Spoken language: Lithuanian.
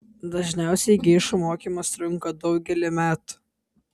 dažniausiai geišų mokymas trunka daugelį metų